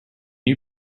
you